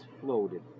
floated